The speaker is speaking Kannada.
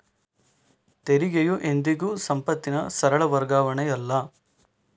ತೆರಿಗೆಯು ಎಂದಿಗೂ ಸಂಪತ್ತಿನ ಸರಳ ವರ್ಗಾವಣೆಯಲ್ಲ